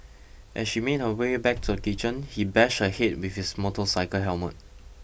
as she made her way back to the kitchen he bashed her head with his motorcycle helmet